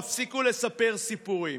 תפסיקו לספר סיפורים.